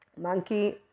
monkey